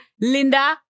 Linda